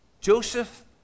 Joseph